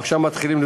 ועכשיו מתחילים,